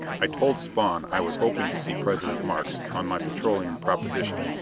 i told spawn i was hoping to see president markes on my petroleum proposition.